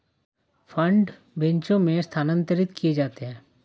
fund बैचों में स्थानांतरित किए जाते हैं